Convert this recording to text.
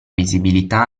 visibilità